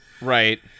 Right